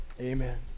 Amen